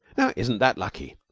now, isn't that lucky?